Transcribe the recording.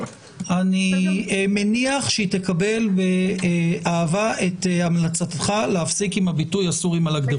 אני מניח שהיא תקבל באהבה את המלצתך להפסיק עם הביטוי הסורים על הגדרות.